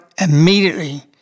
immediately